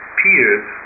peers